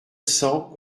cents